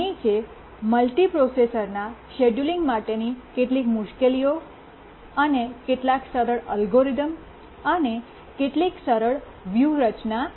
નીચે મલ્ટિપ્રોસેસર્સના શેડયુલિંગ માટેની મુશ્કેલીઓ અને કેટલાક સરળ અલ્ગોરિધમ અને કેટલીક સરળ વ્યૂહરચના છે